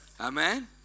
Amen